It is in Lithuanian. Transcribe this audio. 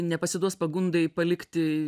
nepasiduos pagundai palikti